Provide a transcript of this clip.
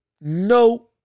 No